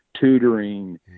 tutoring